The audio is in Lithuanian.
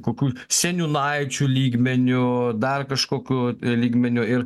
kokių seniūnaičių lygmeniu dar kažkokiu lygmeniu ir